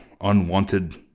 unwanted